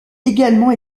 également